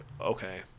okay